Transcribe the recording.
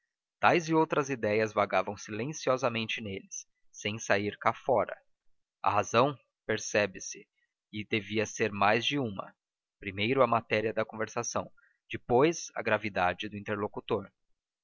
tais e outras ideias vagavam silenciosamente neles sem sair cá fora a razão percebe-se e devia ser mais de uma primeiro a matéria da conversação depois a gravidade do interlocutor